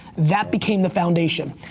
that became the foundation.